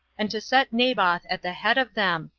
and to set naboth at the head of them,